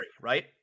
right